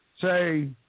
Say